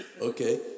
Okay